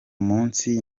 munsi